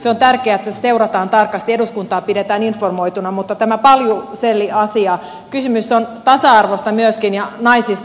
se on tärkeä että sitä seurataan tarkasti eduskuntaa pidetään informoituna mutta tässä paljuselliasiassa kysymys on tasa arvosta myöskin ja naisista